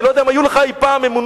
אני לא יודע אם היו לך אי-פעם אמונות.